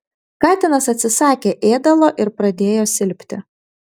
katinas atsisakė ėdalo ir pradėjo silpti